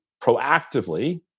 proactively